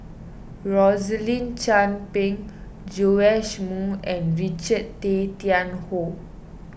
Rosaline Chan Pang Joash Moo and Richard Tay Tian Hoe